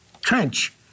trench